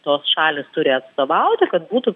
tos šalys turi atstovauti kad būtų